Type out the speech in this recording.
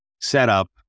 setup